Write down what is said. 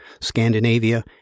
Scandinavia